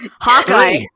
Hawkeye